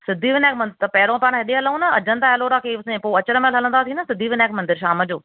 सिद्धीविनायक मंदर त पहिरियों त पाणि हेॾे हलूं न अजंता एलोरा केव में पोइ अचणु महिल हलंदासीं न सिद्धीविनायक मंदर शाम जो